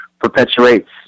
perpetuates